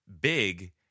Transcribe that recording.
big